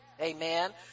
Amen